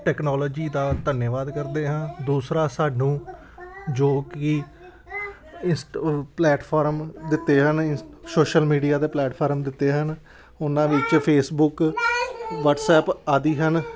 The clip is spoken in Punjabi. ਟੈਕਨੋਲੋਜੀ ਦਾ ਧੰਨਵਾਦ ਕਰਦੇ ਹਾਂ ਦੂਸਰਾ ਸਾਨੂੰ ਜੋ ਕਿ ਇਸ ਟ ਪਲੈਟਫਾਰਮ ਦਿੱਤੇ ਹਨ ਸੋਸ਼ਲ ਮੀਡੀਆ 'ਤੇ ਪਲੈਟਫਾਰਮ ਦਿੱਤੇ ਹਨ ਉਹਨਾਂ ਵਿੱਚ ਫੇਸਬੁੱਕ ਵਟਸਐਪ ਆਦਿ ਹਨ